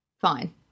fine